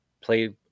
play